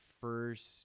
first